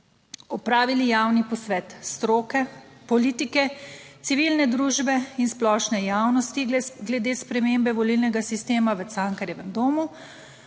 Opravili javni posvet stroke, politike, civilne družbe in splošne javnosti glede spremembe volilnega sistema v Cankarjevem domu